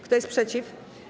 Kto jest przeciw?